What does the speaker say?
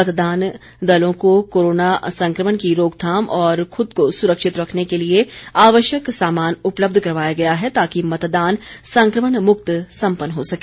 मतदान दलों को कोरोना संक्रमण की रोकथाम और खुद को सुरक्षित रखने के लिए आवश्यक सामान उपलब्ध करवाया गया है ताकि मतदान संक्रमण मुक्त सम्पन्न हो सके